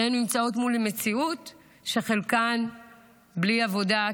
כשהן נמצאות מול מציאות שחלקן בלי עבודה,